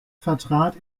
vertrat